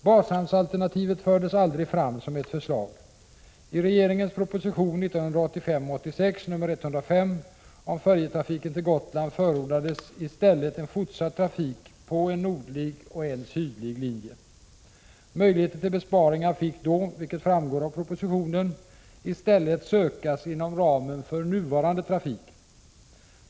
Bashamnsalternativet fördes aldrig fram som ett förslag. I regeringens proposition 1985/86:105 om färjetrafiken till Gotland förordades i stället fortsatt trafik på en nordlig och en sydlig linje. Möjligheterna till besparingar fick då, vilket framgår av propositionen, i stället sökas inom ramen för nuvarande trafik.